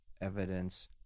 evidence